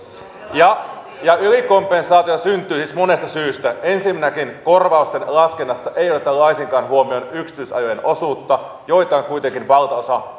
ja ja ylikompensaatio syntyy siis monesta syystä ensinnäkin korvausten laskennassa ei oteta laisinkaan huomioon yksityisajojen osuutta joita on kuitenkin valtaosa